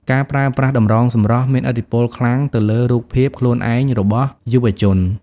ការប្រើប្រាស់តម្រងសម្រស់មានឥទ្ធិពលខ្លាំងទៅលើរូបភាពខ្លួនឯងរបស់យុវជន។